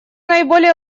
наиболее